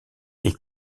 est